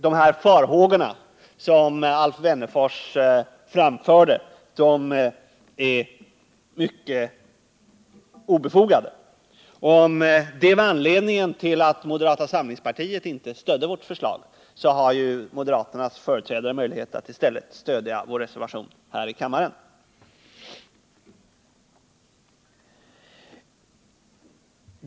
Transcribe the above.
De farhågor som Alf Wennerfors framförde är alltså helt obefogade. Om det var sådana farhågor som var anledningen till att moderaterna inte stödde vårt förslag, har moderaternas företrädare möjlighet att i stället stödja vår reservation vid voteringen.